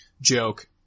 joke